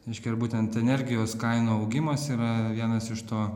reiškia ir būtent energijos kainų augimas yra vienas iš to